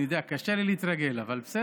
אני יודע, קשה לי להתרגל, אבל בסדר.